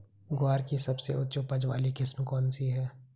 ग्वार की सबसे उच्च उपज वाली किस्म कौनसी है?